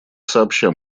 сообща